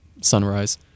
Sunrise